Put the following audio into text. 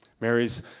Mary's